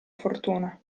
fortuna